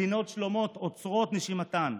מדינות שלמות עוצרות את נשימתן,